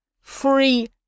free